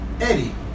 Eddie